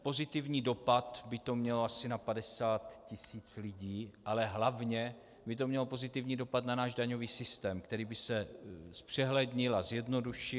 Pozitivní dopad by to mělo na 50 tisíc lidí, ale hlavně by to mělo pozitivní dopad na náš daňový systém, který by se zpřehlednil a zjednodušil.